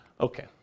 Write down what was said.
Okay